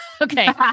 Okay